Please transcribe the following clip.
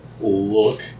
look